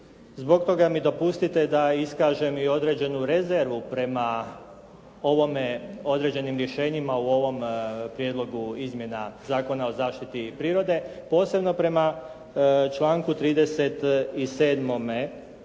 zbog toga mi dopustite da iskažem i određenu rezervu prema određenim rješenjima u ovom Prijedlogu izmjena Zakona o zaštiti prirode, posebno prema članku 37.c